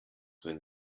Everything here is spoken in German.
wenn